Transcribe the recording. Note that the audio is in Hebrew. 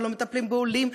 ולא מטפלים בעולים,